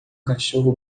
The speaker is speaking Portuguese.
cachorro